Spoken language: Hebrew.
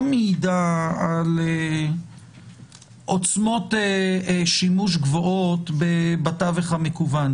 מעידה על עוצמות שימוש גבוהות בתווך המקוון.